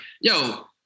yo